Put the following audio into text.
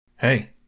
Hey